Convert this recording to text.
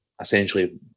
essentially